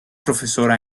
profesora